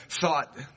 thought